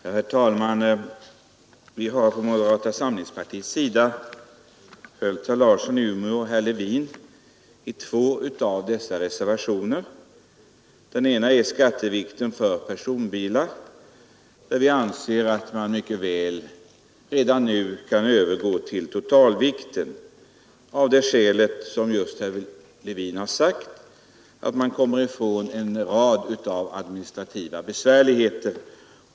Herr talman! Vi har från moderata samlingspartiets sida följt herr Larsson i Umeå och herr Levin i två reservationer. Den ena reservationen, nr 2, gäller skattevikten för personbilar, där vi anser att man mycket väl redan nu kan övergå till totalvikt av det skäl som herr Levin just redogjort för, nämligen att man därigenom kommer ifrån administrativa besvärligheter.